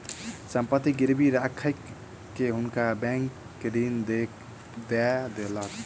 संपत्ति गिरवी राइख के हुनका बैंक ऋण दय देलक